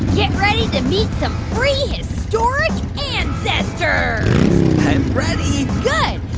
yeah ready to meet some prehistoric ancestors i'm ready good,